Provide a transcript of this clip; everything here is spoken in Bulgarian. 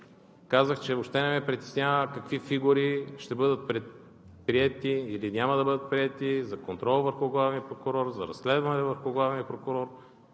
Казах, че въобще не ме притеснява какви фигури ще бъдат приети, или няма да бъдат приети, за контрол върху главния прокурор, за разследване върху главния прокурор.